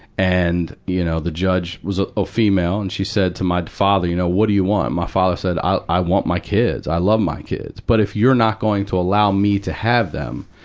and, you know, the judge was a ah female, and she said to my father, you know, what do you want? and my father said, i i want my kids. i love my kids. but if you're not going to allow me to have them,